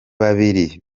babiri